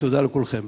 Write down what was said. תודה לכולכם.